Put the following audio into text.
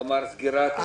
קצת.